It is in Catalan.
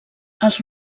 els